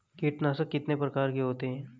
कीटनाशक कितने प्रकार के होते हैं?